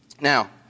Now